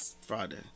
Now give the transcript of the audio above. Friday